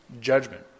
judgment